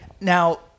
Now